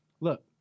look